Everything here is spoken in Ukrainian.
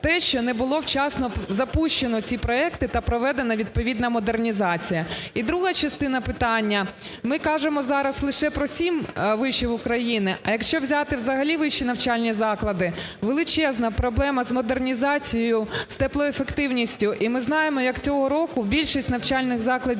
те, що не було вчасно запущено ці проекти та проведена відповідна модернізація. І друга частина питання. Ми кажемо, зараз лише про сім вишів України, а якщо взяти взагалі вищі навчальні заклади – величезна проблема з модернізацією, з теплоефективністю. І ми знаємо, як цього року більшість навчальних закладів